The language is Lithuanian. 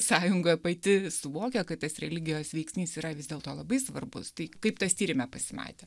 sąjungoje pati suvokia kad tas religijos veiksnys yra vis dėlto labai svarbus tai kaip tas tyrime pasimatė